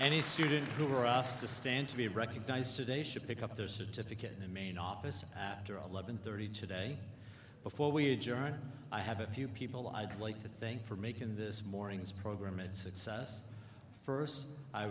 any student who were asked to stand to be recognized today should pick up their certificate in the main office after all eleven thirty today before we adjourn i have a few people i'd like to thank for making this morning's program had success first i